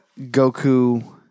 Goku